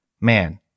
man